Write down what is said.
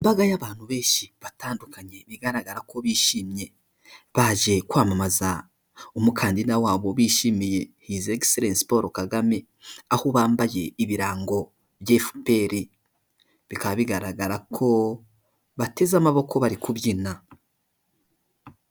Imbaga y'abantu benshi batandukanye bigaragara ko bishimye, baje kwamamaza umukandida wabo bishimiye his excellence Paul Kagame, aho bambaye ibirango bya FPR, bikaba bigaragara ko bateze amaboko bari kubyina.